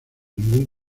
ningún